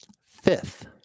Fifth